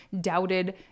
doubted